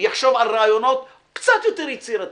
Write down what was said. ויחשוב על רעיונות קצת יותר יצירתיים.